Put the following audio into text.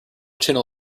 channel